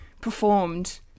performed